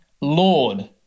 Lord